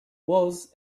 was